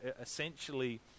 Essentially